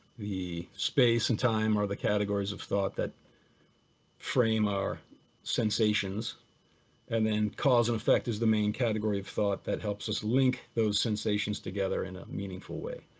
the space and time are the categories of thought that frame out sensations and then cause and effect is the main category of thought that helps us link those sensations together in a meaningful way.